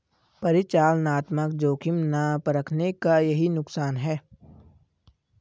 परिचालनात्मक जोखिम ना परखने का यही नुकसान है